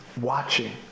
watching